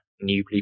newly